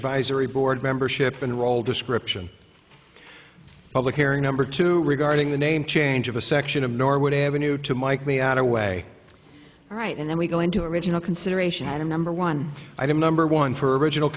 advisory board membership and role description public airing number two regarding the name change of a section of norwood avenue to mike me out a way right and then we go into original consideration item number one item number one for original